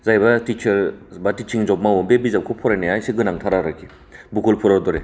जायबा टिचार बा टिसिं जब मावो बे बिजाबखौ फरायनाया एसे गोनांथार आरोखि बखुर फुलर दरे